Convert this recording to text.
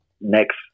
next